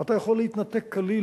אתה יכול להתנתק כליל,